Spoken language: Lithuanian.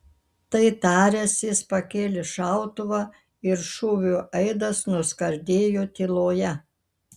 tai taręs jis pakėlė šautuvą ir šūvio aidas nuskardėjo tyloje